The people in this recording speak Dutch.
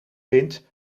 wind